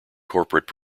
corporate